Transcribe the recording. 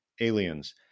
aliens